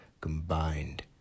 combined